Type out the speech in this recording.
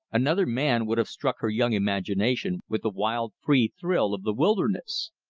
another man would have struck her young imagination with the wild, free thrill of the wilderness.